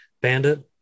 bandit